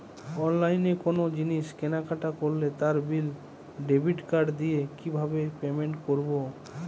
অনলাইনে কোনো জিনিস কেনাকাটা করলে তার বিল ডেবিট কার্ড দিয়ে কিভাবে পেমেন্ট করবো?